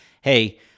hey